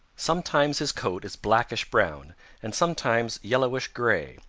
sometimes his coat is blackish-brown and sometimes yellowish-gray,